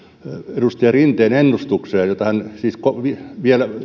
edustaja rinteen ennustus että hän vielä